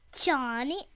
johnny